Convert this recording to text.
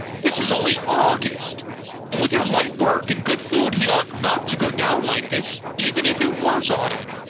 this is only august and with your light work and good food he ought not to go down like this, even if it was autumn.